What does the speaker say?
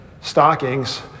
stockings